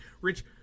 Rich